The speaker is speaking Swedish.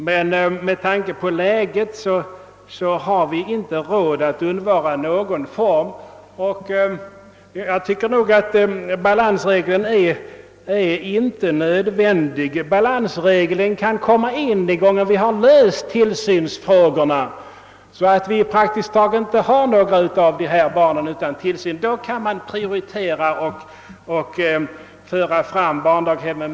Men med tanke på det läge vi befinner oss i har vi inte råd att undvara någon form av tillsyn. Jag finner inte att balansregeln i nuvarande läge är motiverad. Balansregeln skulle kunna tillämpas när vi löst till-' synsfrågorna och inte längre har några barn som saknar tillsyn. Då kan man prioritera till förmån för barnstugorna.